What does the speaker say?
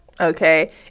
Okay